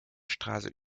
straße